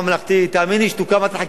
תאמין לי שתוקם ועדת חקירה ממלכתית,